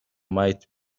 might